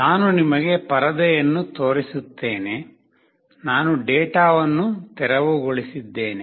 ನಾನು ನಿಮಗೆ ಪರದೆಯನ್ನು ತೋರಿಸುತ್ತೇನೆ ನಾನು ಡೇಟಾವನ್ನು ತೆರವುಗೊಳಿಸಿದ್ದೇನೆ